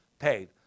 paid